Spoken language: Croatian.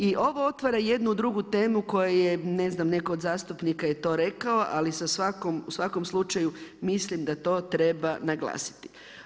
I ovo otvara jednu drugu temu koju je ne znam netko od zastupnika je to rekao, ali u svakom slučaju mislim da to treba naglasiti.